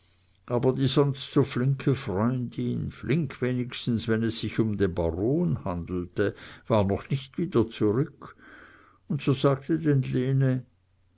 aber die sonst so flinke freundin flink wenigstens wenn es sich um den baron handelte war noch nicht wieder zurück und so sagte denn lene